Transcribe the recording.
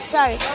Sorry